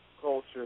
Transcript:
culture